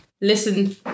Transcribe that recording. listen